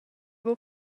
buca